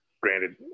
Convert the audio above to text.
granted